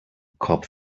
cobb